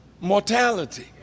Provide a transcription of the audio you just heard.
mortality